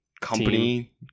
company